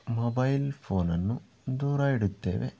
mobile ಫೋನನ್ನು ದೂರ ಇಡುತ್ತೇವೆ